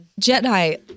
Jedi